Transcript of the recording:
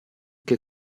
che